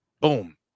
Boom